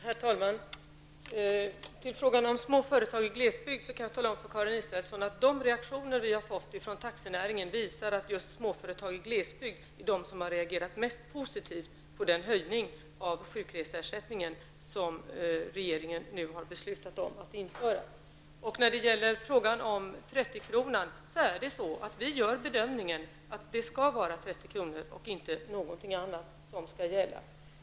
Herr talman! När det gäller småföretag i glesbygd kan jag tala om för Karin Israelsson att de reaktioner vi har fått från taxinäringen visar att just småföretag i glesbygd är de som har reagerat mest positivt på den höjning av sjukreseersättningen som regeringen nu har beslutat att införa. När det gäller frågan om 30-kronan vill jag säga att vi gör bedömningen att det skall vara 30 kr. och inte någonting annat som skall gälla.